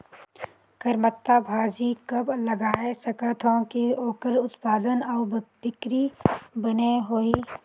करमत्ता भाजी कब लगाय सकत हो कि ओकर उत्पादन अउ बिक्री बने होही?